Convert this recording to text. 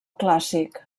clàssic